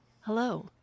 Hello